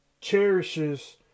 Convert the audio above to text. cherishes